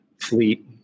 fleet